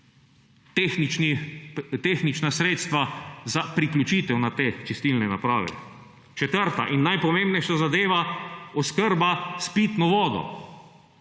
tehnična sredstva za priključitev na te čistilne naprave. Četrta in najpomembnejša zadeva, oskrba s pitno vodo;